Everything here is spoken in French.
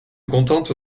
contente